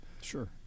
sure